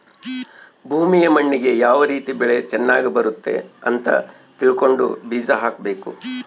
ಭೂಮಿಯ ಮಣ್ಣಿಗೆ ಯಾವ ರೀತಿ ಬೆಳೆ ಚನಗ್ ಬರುತ್ತೆ ಅಂತ ತಿಳ್ಕೊಂಡು ಬೀಜ ಹಾಕಬೇಕು